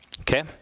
okay